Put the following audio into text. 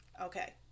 Okay